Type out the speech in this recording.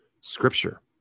Scripture